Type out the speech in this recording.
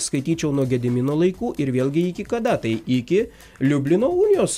skaityčiau nuo gedimino laikų ir vėlgi iki kada tai iki liublino unijos